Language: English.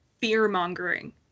fear-mongering